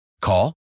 Call